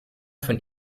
von